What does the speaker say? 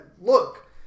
look